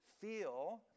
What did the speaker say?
feel